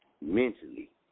mentally